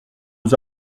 aux